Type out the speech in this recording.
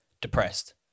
depressed